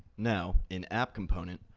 now, in app component,